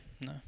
No